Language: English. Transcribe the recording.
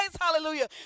hallelujah